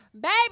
Baby